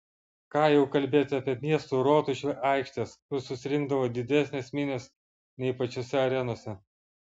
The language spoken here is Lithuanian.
ką jau kalbėti apie miestų rotušių aikštes kur susirinkdavo didesnės minios nei pačiose arenose